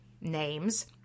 names